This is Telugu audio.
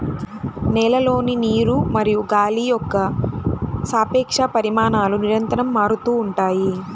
నేలలోని నీరు మరియు గాలి యొక్క సాపేక్ష పరిమాణాలు నిరంతరం మారుతూ ఉంటాయి